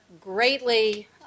greatly